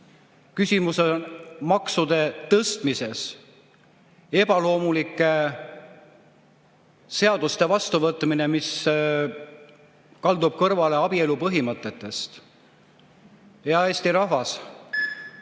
küsimus on maksude tõstmises, ebaloomulike seaduste vastuvõtmises, mis kalduvad kõrvale abielu põhimõtetest. Hea Eesti rahvas!